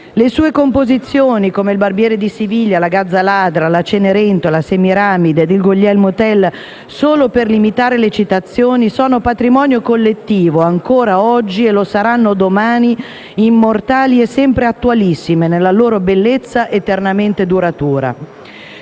Le sue composizioni come «Il barbiere di Siviglia», «La gazza ladra», «La Cenerentola», «Semiramide» ed il «Guglielmo Tell» - solo per limitare le citazioni - sono patrimonio collettivo ancora oggi, e lo saranno domani, immortali e sempre attualissime, nella loro bellezza eternamente duratura.